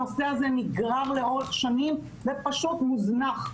הנושא הזה נגרר לאורך שנים ופשוט מוזנח.